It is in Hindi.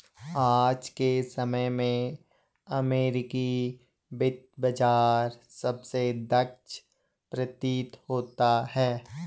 आज के समय में अमेरिकी वित्त बाजार सबसे दक्ष प्रतीत होता है